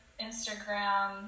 Instagram